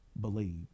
believe